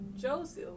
Joseph